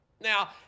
Now